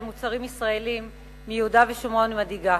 מוצרים ישראליים מיהודה ושומרון מדאיגה.